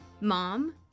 Mom